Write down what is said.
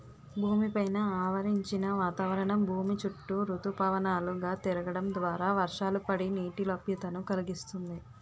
భూమి పైన ఆవరించిన వాతావరణం భూమి చుట్టూ ఋతుపవనాలు గా తిరగడం ద్వారా వర్షాలు పడి, నీటి లభ్యతను కలిగిస్తుంది